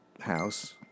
house